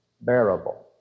bearable